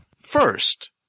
First